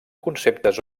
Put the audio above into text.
conceptes